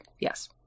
Yes